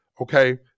Okay